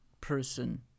person